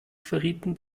verrieten